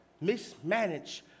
mismanage